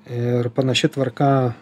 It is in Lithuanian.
ir panaši tvarka